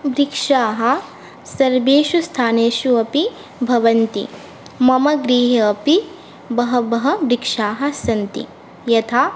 वृक्षाः सर्वेषु स्थानेषु अपि भवन्ति मम गृहे अपि बहवः वृक्षाः सन्ति यथा